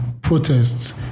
protests